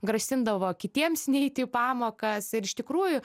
grasindavo kitiems neiti į pamokas ir iš tikrųjų